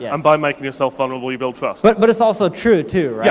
yeah and by making yourself vulnerable, you build trust. but but it's also true too, yeah